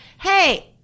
hey